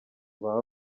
baba